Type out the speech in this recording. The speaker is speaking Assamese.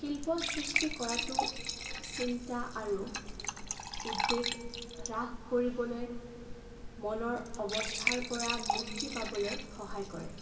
শিল্প সৃষ্টি কৰাটো চিন্তা আৰু উদ্বেগ হ্ৰাস কৰিবলৈ মনৰ অৱস্থাৰ পৰা মুক্তি পাবলৈ সহায় কৰে